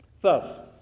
Thus